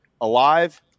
alive